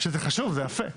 שזה חשוב, זה יפה.